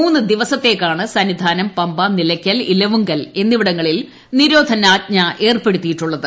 മൂന്നു ദിവസത്തേക്കാണ് സന്നിധാനം പമ്പ ന്നിലയ്ക്കൽ ഇലവുങ്കൽ എന്നിവിടങ്ങളിൽ ഏർപ്പെടുത്തിയിട്ടുള്ളത്